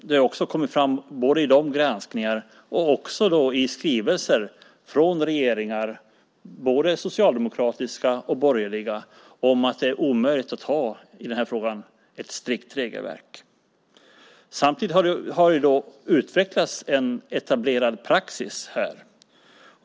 Det har också kommit fram, både i de granskningarna och i skrivelser från både socialdemokratiska och borgerliga regeringar, att det är omöjligt att ha ett strikt regelverk i denna fråga. Samtidigt har det utvecklats en etablerad praxis när det gäller detta.